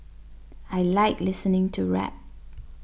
I like listening to rap